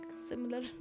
Similar